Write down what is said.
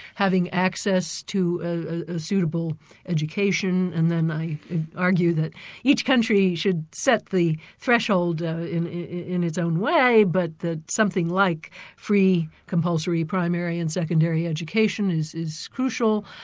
having access to a suitable education and then i argue that each country should set the threshold ah in in its own way but that something like free compulsory primary and secondary education is is crucial.